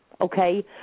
okay